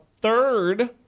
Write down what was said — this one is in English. third